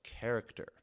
character